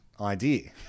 idea